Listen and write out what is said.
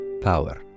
power